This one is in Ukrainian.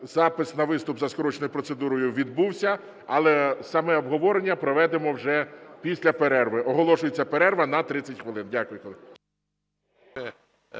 запис на виступ за скороченою процедурою відбувся, але саме обговорення проведемо вже після перерви. Оголошується перерва на 30 хвилин. Дякую,